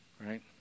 right